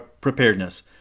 Preparedness